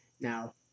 Now